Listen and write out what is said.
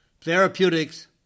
Therapeutics